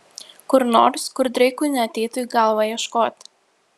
kur nors kur dreikui neateitų į galvą ieškoti